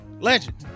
Legend